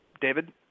David